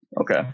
okay